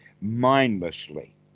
mindlessly